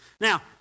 Now